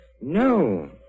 No